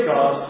God